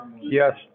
yes